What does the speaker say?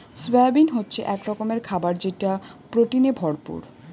soybean হচ্ছে এক রকমের খাবার যেটা প্রোটিনে ভরপুর